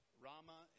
Rama